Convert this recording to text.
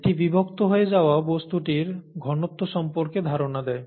এটি বিভক্ত হয়ে যাওয়া বস্তুটির ঘনত্ব সম্পর্কে ধারণা দেয়